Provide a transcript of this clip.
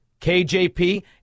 KJP